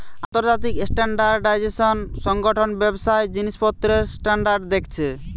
আন্তর্জাতিক স্ট্যান্ডার্ডাইজেশন সংগঠন ব্যবসার জিনিসপত্রের স্ট্যান্ডার্ড দেখছে